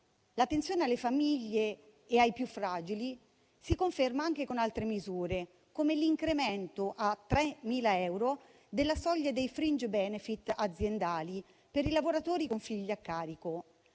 L'attenzione alle famiglie e ai più fragili si conferma anche con altre misure, come l'incremento a 3.000 della soglia dei *fringe benefit* aziendali per i lavoratori con figli a carico.